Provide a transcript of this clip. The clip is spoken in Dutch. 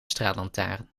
straatlantaarn